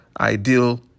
ideal